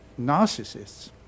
narcissists